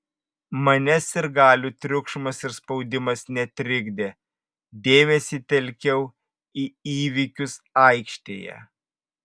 manęs sirgalių triukšmas ir spaudimas netrikdė dėmesį telkiau į įvykius aikštėje